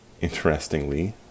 interestingly